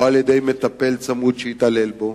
או על-ידי מטפל צמוד שהתעלל בו,